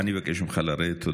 אדוני, אני מבקש ממך לרדת.